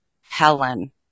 Helen